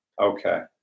Okay